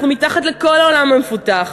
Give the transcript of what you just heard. אנחנו מתחת לכל העולם המפותח,